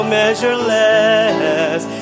measureless